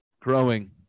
growing